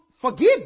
forgive